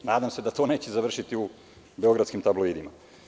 Nadam se da to neće završiti u beogradskim tabloidima.